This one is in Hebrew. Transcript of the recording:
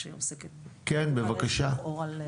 בבקשה.